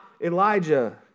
Elijah